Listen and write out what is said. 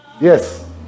Yes